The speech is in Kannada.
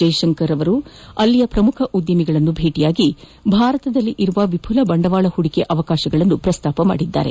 ಜ್ವೆ ಶಂಕರ್ ಅಲ್ಲಿನ ಪ್ರಮುಖ ಉದ್ಯಮಿಗಳನ್ನು ಭೇಟಿ ಮಾದಿ ಭಾರತದಲ್ಲಿರುವ ವಿಫುಲ ಬಂಡವಾಳ ಹೂಡಿಕೆ ಅವಕಾಶಗಳನ್ನು ಪ್ರಸ್ತಾಪಿಸಿದ್ದಾರೆ